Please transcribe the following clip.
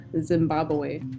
Zimbabwe